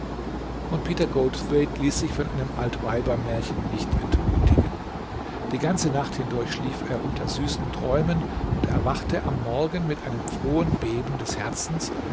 und peter goldthwaite ließ sich von einem altenweibermärchen nicht entmutigen die ganze nacht hindurch schlief er unter süßen träumen und erwachte am morgen mit einem frohen beben des herzens